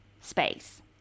space